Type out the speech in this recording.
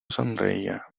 sonreía